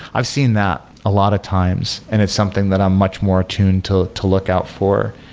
i've seen that a lot of times and it's something that i'm much more attuned to to lookout for.